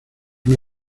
una